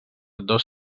dos